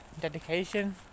dedication